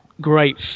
great